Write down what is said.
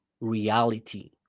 reality